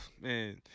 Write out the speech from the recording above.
man